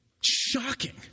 Shocking